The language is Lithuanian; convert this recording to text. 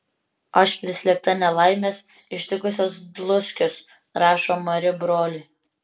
aš prislėgta nelaimės ištikusios dluskius rašo mari broliui